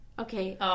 Okay